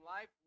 life